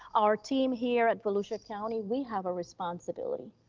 our team here at volusia county, we have a responsibility.